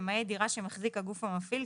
למעט דירה שמחזיק הגוף המפעיל,